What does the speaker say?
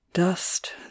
Dust